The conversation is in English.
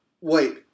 Wait